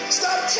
stop